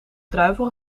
druiven